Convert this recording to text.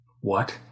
What